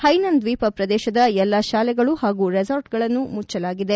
Hainan ದ್ವೀಪ ಪ್ರದೇಶದ ಎಲ್ಲ ಶಾಲೆಗಳು ಹಾಗೂ ರೆಸಾರ್ಟ್ಗಳನ್ನು ಮುಚ್ಚಲಾಗಿದೆ